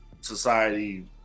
society